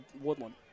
Woodland